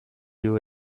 you